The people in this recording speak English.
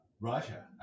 Russia